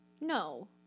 No